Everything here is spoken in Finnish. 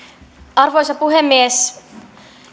arvoisa puhemies